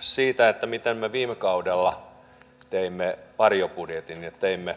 siitä miten me viime kaudella teimme varjobudjetin ja teimme vastuullisen vaihtoehdon